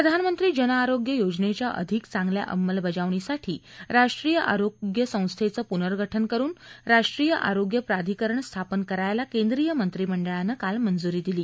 प्रधानमंत्री जनआरोग्य योजनेच्या अधिक चांगल्या अंमलबजावणीसाठी राष्ट्रीय आरोग्य संस्थेचं पुनर्गठन करून राष्ट्रीय आरोग्य प्राधिकरण स्थापन करायला केंद्रीय मंत्रिमंडळानं काल मंजुरी दिली